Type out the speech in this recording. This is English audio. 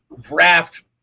draft